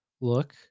look